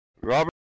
Robert